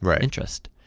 interest